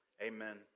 Amen